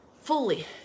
fully